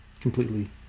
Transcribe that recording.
completely